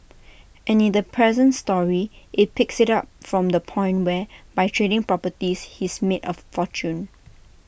and in the present story IT picks IT up from the point where by trading properties he's made A fortune